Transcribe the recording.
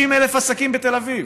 50,000 עסקים בתל אביב.